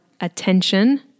Attention